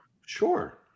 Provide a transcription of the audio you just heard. sure